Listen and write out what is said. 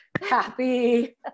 happy